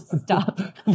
Stop